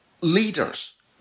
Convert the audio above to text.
Leaders